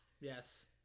Yes